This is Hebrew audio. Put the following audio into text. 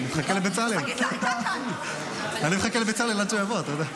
אני מחכה לבצלאל עד שהוא יבוא, אתה יודע.